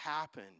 happen